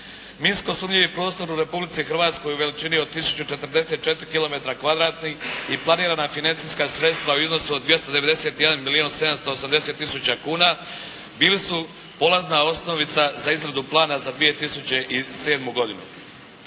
Minsko sumnjivi prostor u Republici Hrvatskoj u veličini od 1044 km2 i planirana financijska sredstva u iznosu od 291 milijun 780 tisuća kuna bili su polazna osnovica za izradu plana za 2007. godinu.